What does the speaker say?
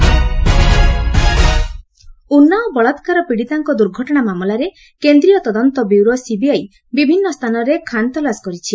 CBI Unnao Unnao ବଳାକ୍କାର ପୀଡ଼ିତାଙ୍କ ଦୁର୍ଘଟଣା ମାମଲାରେ କେନ୍ଦ୍ରୀୟ ତଦନ୍ତ ବ୍ୟୁରୋ ସିବିଆଇ ବିଭିନ୍ନ ସ୍ଥାନରେ ଖାନତଲାସ କରିଛି